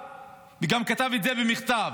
וגם כתב את זה במכתב: